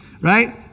Right